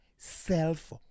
self